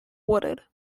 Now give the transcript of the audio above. wooded